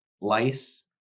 lice